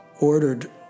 ordered